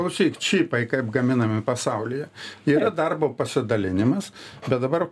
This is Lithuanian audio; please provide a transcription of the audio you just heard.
klausyk čipai kaip gaminami pasaulyje yra darbo pasidalinimas bet dabar